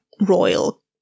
royal